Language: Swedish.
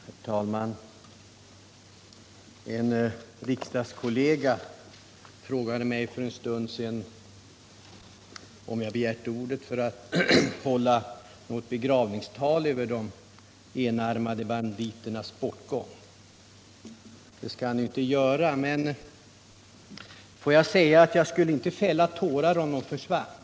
Herr talman! En riksdagskollega frågade mig för en stund sedan om jag begärt ordet för att hålla ett begravningstal över de enarmade banditerna. Det skall jag nu inte göra. Men får jag säga, att jag skulle inte fälla tårar om de försvann.